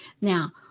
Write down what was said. Now